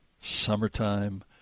summertime